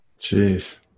Jeez